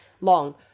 long